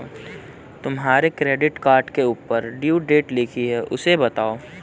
तुम्हारे credit card के ऊपर ड्यू डेट लिखी है उसे बताओ